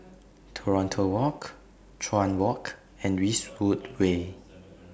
Toronto Road Chuan Walk and Eastwood Way